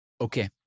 Okay